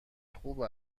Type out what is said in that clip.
خوب